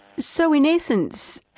so in essence,